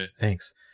Thanks